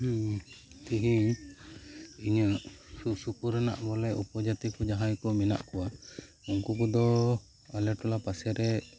ᱛᱮᱦᱮᱧ ᱤᱧᱟᱜ ᱥᱳᱨ ᱥᱳᱯᱳᱨ ᱨᱮᱱᱟᱜ ᱵᱚᱞᱮ ᱩᱯᱚᱡᱟᱹᱛᱤ ᱠᱚ ᱡᱟᱦᱟᱸᱭ ᱠᱚ ᱢᱮᱱᱟᱜ ᱠᱚᱣᱟ ᱩᱱᱠᱩ ᱠᱚᱫᱚ ᱟᱞᱮ ᱴᱚᱞᱟ ᱯᱟᱥᱮ ᱨᱮ